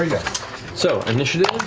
ah yeah so initiative